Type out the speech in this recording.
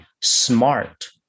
smart